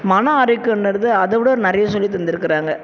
மன ஆரோக்கியன்னறது அதைவிட நிறைய சொல்லி தந்துருக்கிறாங்க